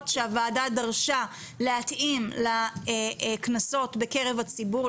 שהוועדה דרשה להתאים לקנסות בקרב הציבור,